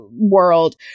world